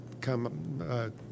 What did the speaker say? come